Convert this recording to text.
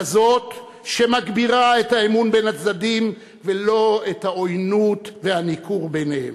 כזו שמגבירה את האמון בין הצדדים ולא את העוינות והניכור ביניהם,